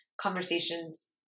conversations